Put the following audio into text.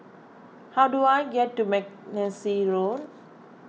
how do I get to Mackenzie Road